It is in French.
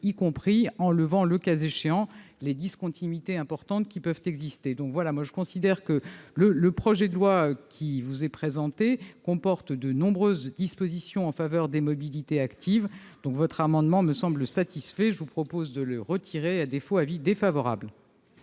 y compris en supprimant, le cas échéant, les discontinuités importantes qui peuvent exister. Je considère que le projet de loi qui vous est présenté comporte de nombreuses dispositions en faveur des mobilités actives. Votre amendement me semble satisfait et je vous propose de le retirer. À défaut, l'avis sera défavorable.